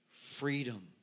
freedom